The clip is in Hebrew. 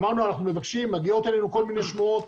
אמרנו להם: מגיעות אלינו כל מיני שמועות,